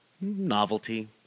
novelty